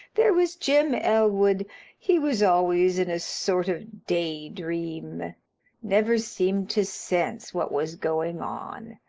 there was jim elwood he was always in a sort of day-dream never seemed to sense what was going on.